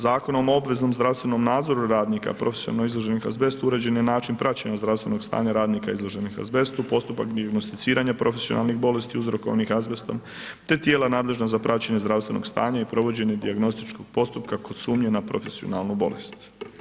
Zakonom o obveznom zdravstvenom nadzoru radnika profesionalno izloženih azbestu uređen je način praćenja zdravstvenog stanja radnika izloženih azbestu postupak dijagnosticiranja profesionalnih bolesti uzrokovanih azbestom, te tijela nadležna za praćenje zdravstvenog stanja i provođenje dijagnostičkog postupka kod sumnje na profesionalnu bolest.